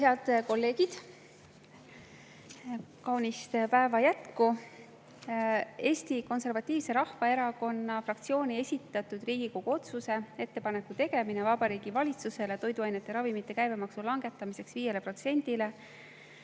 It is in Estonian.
Head kolleegid, kaunist päeva jätku! Eesti Konservatiivse Rahvaerakonna fraktsiooni esitatud Riigikogu otsuse "Ettepaneku tegemine Vabariigi Valitsusele toiduainete ja ravimite käibemaksu langetamiseks 5-le